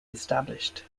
established